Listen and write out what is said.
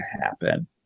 happen